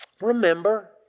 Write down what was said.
remember